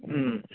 ꯎꯝ